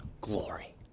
glory